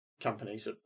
companies